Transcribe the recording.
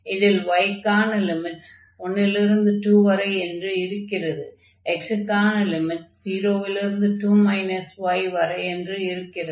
இதில் y க்கான limits 1 லிருந்து 2 வரை என்று இருக்கிறது x க்கான லிமிட்ஸ் 0 லிருந்து 2 y வரை என்று இருக்கிறது